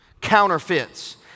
counterfeits